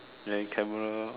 then camera